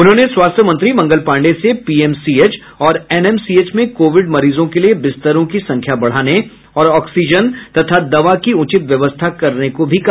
उन्होंने स्वास्थ्य मंत्री मंगल पाण्डेय से पीएमसीएच और एनएमसीएच में कोविड मरीजों के लिए बिस्तरों की संख्या बढ़ाने और ऑक्सीजन तथा दवा की उचित व्यवस्था करने को भी कहा